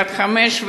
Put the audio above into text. בת חמש,